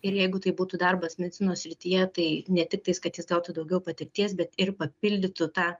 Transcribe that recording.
ir jeigu tai būtų darbas medicinos srityje tai ne tiktais kad jis gautų daugiau patirties bet ir papildytų tą